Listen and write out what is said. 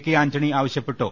K Antony ആവശ്യപ്പെട്ടു